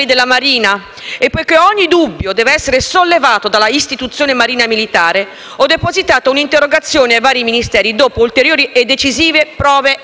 e, poiché ogni dubbio deve essere sollevato dalla istituzione Marina militare, ho depositato una interrogazione ai vari Ministeri, dopo le ulteriori e decisive prove emerse.